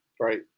right